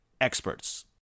experts